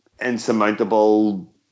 insurmountable